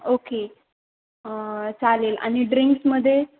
okay चालेल आणि ड्रिंक्समध्ये